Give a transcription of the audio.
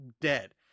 dead